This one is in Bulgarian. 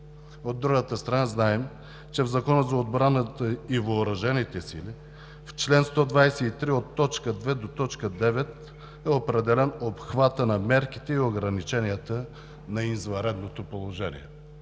От друга страна, знаем, че в Закона за отбраната и въоръжените сили – чл. 123, от т. 2 – 9, е определен обхватът на мерките и ограниченията на извънредното положение.